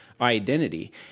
identity